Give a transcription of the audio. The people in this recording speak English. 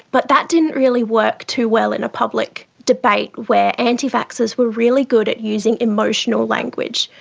but that didn't really work too well in a public debate where anti-vaxxers were really good at using emotional language.